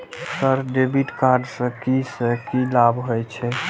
Sir debit card से की से की लाभ हे छे?